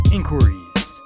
Inquiries